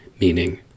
meaning